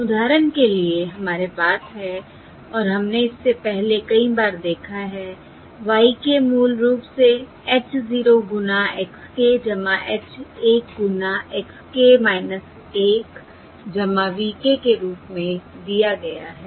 उदाहरण के लिए हमारे पास है और हमने इससे पहले कई बार देखा है y मूल रूप से h गुना x h गुना x v के रूप में दिया गया है